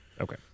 Okay